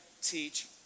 teach